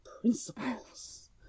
principles